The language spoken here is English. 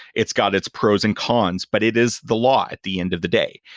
it's got its pros and cons, but it is the law at the end of the day.